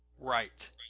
Right